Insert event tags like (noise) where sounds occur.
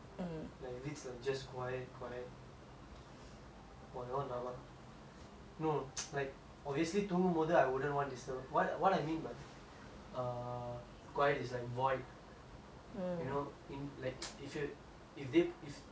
!wah! that [one] rabak no (noise) like obviously தூங்கும்போது:thoongumpothu I wouldn't want to disturb what I what I mean by err quiet is like void you know in like (noise) if you're if they if if like someone put me in a void right !wah! brother scared brother